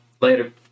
Later